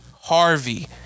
Harvey